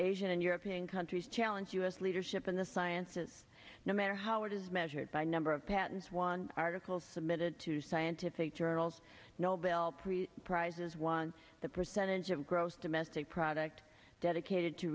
asian and european countries challenge us leadership in the sciences no matter how it is measured by number of patents one article submitted to scientific journals nobel prix prizes won the percentage of gross domestic product dedicated to